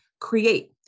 create